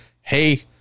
hey